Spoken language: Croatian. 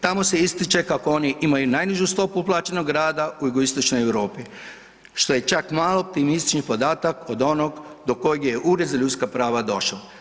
Tamo se ističe kako oni imaju najnižu stopu plaćenog rada u Jugoistočnoj Europi što je čak malo optimističan podatak od onog do kojeg je Ured za ljudska prava došao.